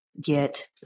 get